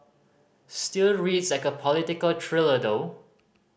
still reads like a political thriller though